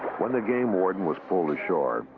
when the game warden was pulled ashore,